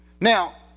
Now